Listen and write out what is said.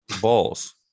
balls